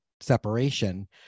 separation